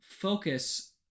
focus